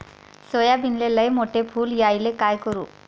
सोयाबीनले लयमोठे फुल यायले काय करू?